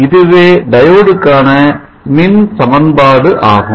இதுவே டயோடுக்கான மின் சமன்பாடு ஆகும்